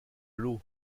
l’eau